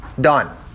Done